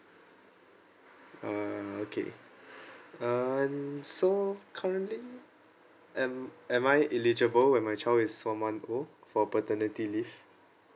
uh okay uh and so currently am am I eligible when my child is one month old for paternity leave